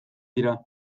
dira